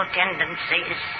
tendencies